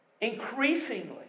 Increasingly